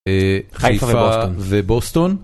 חיפה ובוסטון.